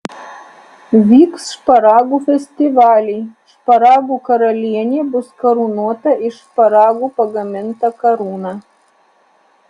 vyks šparagų festivaliai šparagų karalienė bus karūnuota iš šparagų pagaminta karūna